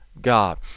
God